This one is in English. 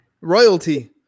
Royalty